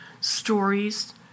stories